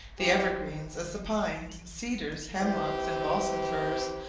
the evergreens, as the pines, cedars, hemlock, and balsam firs,